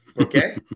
Okay